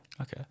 Okay